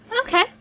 Okay